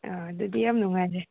ꯑꯥ ꯑꯗꯨꯗꯤ ꯌꯥꯝ ꯅꯨꯡꯉꯥꯏꯔꯦ